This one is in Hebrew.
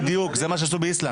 בדיוק, זה מה שעשו באיסלנד.